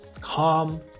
calm